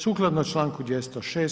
Sukladno članku 206.